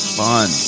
fun